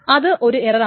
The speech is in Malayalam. അത് ഒരു എറർ ആണ്